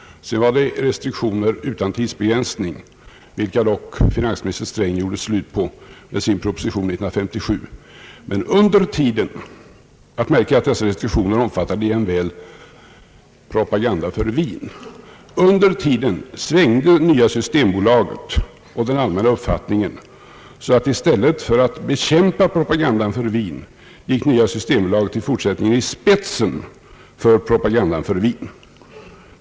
Sedan var det restriktioner utan tidsbegränsning, vilka dock finansminister Sträng gjorde slut på genom sin proposition år 1957. Det är att märka att dessa restriktioner omfattade jämväl propaganda för vin. Under tiden svängde Nya systembolaget och den allmänna uppfattningen, och i stället för att bekämpa propagandan för vin gick Nya systembolaget i fortsättningen i spetsen för propagandan för vin.